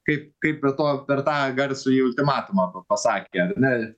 kaip kaip be to per tą garsųjį ultimatumą pasakė ar ne